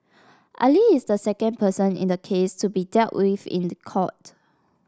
Ali is the second person in the case to be dealt with in court